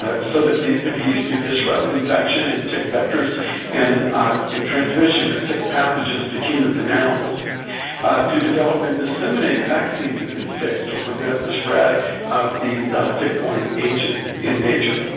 so that these could be used to disrupt infection in tick vectors and the transmission of tick pathogens to humans and animals to develop and disseminate vaccines against ticks to prevent the spread of these tick-borne agents in nature.